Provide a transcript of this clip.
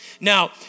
Now